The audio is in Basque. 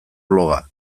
bloga